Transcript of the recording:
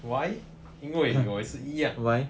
why 因为我也是一样